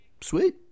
sweet